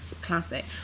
classic